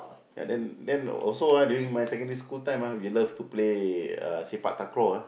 ya then then also ah during my secondary school time ah we love to play uh sepak takraw ah